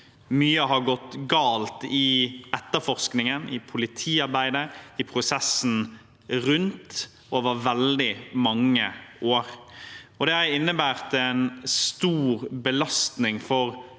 Mye har gått galt i et terforskningen, i politiarbeidet og i prosessen rundt over veldig mange år. Det har innebåret en stor belastning for